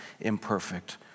imperfect